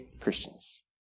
Christians